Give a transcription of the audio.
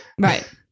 Right